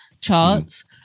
charts